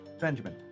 Benjamin